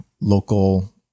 local